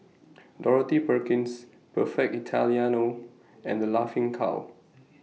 Dorothy Perkins Perfect Italiano and The Laughing Cow